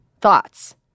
thoughts